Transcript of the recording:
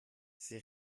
sie